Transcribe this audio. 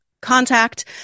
contact